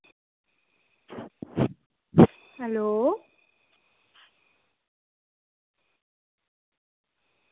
hello